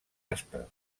aspa